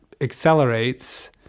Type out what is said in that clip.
accelerates